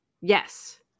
yes